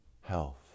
health